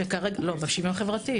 לא, בשיוויון החברתי.